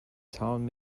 town